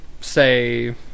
say